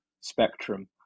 spectrum